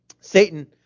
Satan